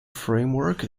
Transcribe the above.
framework